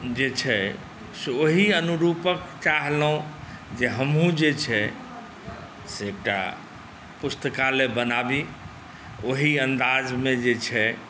जे छै से ओही अनुरूपक चाहलहुँ जे हमहूँ जे छै से एकटा पुस्तकालय बनाबी ओही अन्दाजमे जे छै